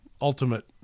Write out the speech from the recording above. ultimate